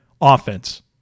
offense